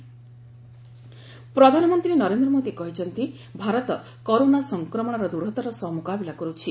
PM address ପ୍ରଧାନମନ୍ତ୍ରୀ ନରେନ୍ଦ୍ର ମୋଦି କହିଛନ୍ତି Bharat corona ସଂକ୍ରମଣର ଦୂଢ଼ତାର ସହ ମୁକାବିଲା କରୁଛି